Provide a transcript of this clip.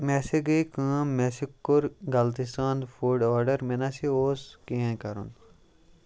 مےٚ ہاسے گٔے کٲم مےٚ ہاسے کوٚر غلطی سان فُڈ آرڈر مےٚ ناسے اوس کِہیٖنۍ کَرُن